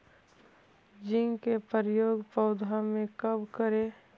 Zinc के प्रयोग पौधा मे कब करे?